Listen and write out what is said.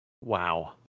Wow